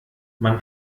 man